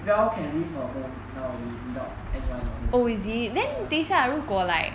dell can leave her home without anyone at home ya